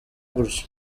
gutyo